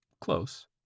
Close